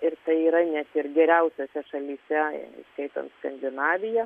ir tai yra net ir geriausiose šalyse įskaitant skandinaviją